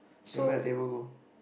ya where the table go